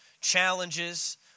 challenges